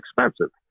expensive